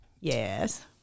Yes